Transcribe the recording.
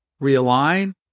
realign